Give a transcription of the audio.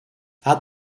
add